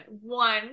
One